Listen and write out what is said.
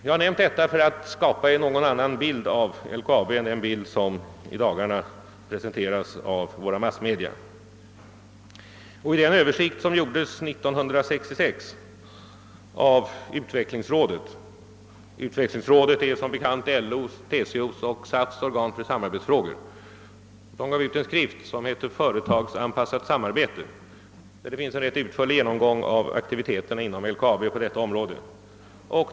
Jag har pekat på detta för att i någon mån skapa en annan bild av LKAB än den som i dagarna presenteras av våra massmedia. I den översikt som 1966 gjordes av utvecklingsrådet — som bekant LO:s, TCO:s och SAF:s organ för samarbetsfrågor — och som hade beteckningen Företagsanpassat samarbete görs en rätt utförlig genomgång av aktiviteterna inom LKAB på detta område.